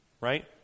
right